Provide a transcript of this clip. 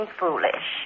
foolish